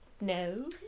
no